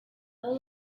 would